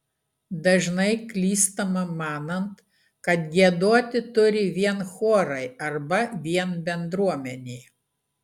dažnai klystama manant kad giedoti turi vien chorai arba vien bendruomenė